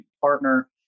partner